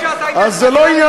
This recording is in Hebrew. אומרים